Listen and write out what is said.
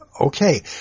Okay